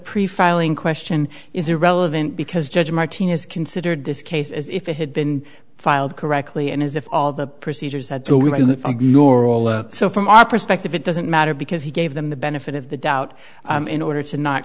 pre filing question is irrelevant because judge martinez considered this case as if it had been filed correctly and as if all the procedures at the door all so from our perspective it doesn't matter because he gave them the benefit of the doubt in order to not